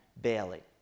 Bailey